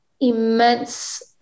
immense